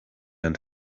and